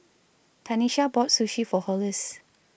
Tanesha bought Sushi For Hollis